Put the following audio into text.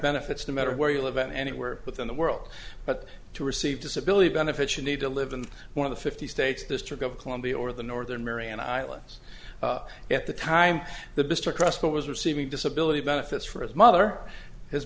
benefits no matter where you live anywhere within the world but to receive disability benefits you need to live in one of the fifty states district of columbia or the northern mariana islands at the time the mr cross but was receiving disability benefits for his mother his